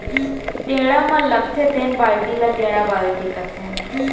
टेड़ा म लगथे तेन बाल्टी ल टेंड़ा बाल्टी कथें